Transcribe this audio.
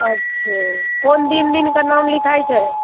अच्छा कोन दिन दिनके नाम लिखाइत छै